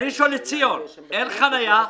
בראשון לציון אין חניה,